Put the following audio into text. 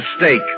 mistake